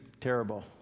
terrible